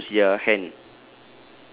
that includes their hand